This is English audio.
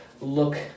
look